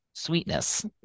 sweetness